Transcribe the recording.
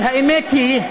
אבל האמת היא,